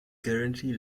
currently